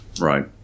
right